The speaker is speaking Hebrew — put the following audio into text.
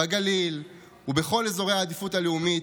בגליל ובכל אזורי העדיפות הלאומית,